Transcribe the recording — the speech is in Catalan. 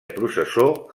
processó